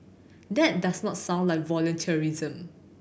that does not sound like volunteerism